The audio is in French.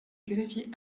greffiers